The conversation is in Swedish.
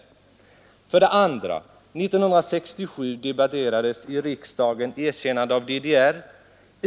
För det andra: Är 1967 debatterades i riksdagen erkännandet av DDR.